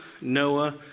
Noah